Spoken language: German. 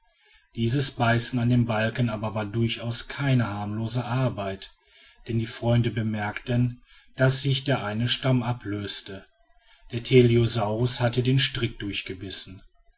dieses beißen an dem balken war aber durchaus keine harmlose arbeit denn die freunde bemerkten daß sich der eine stamm ablöste der teleosaurus hatte den strick durchbissen